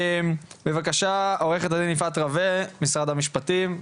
בבקשה, עוה"ד יפעת רווה, ממשרד המשפטים.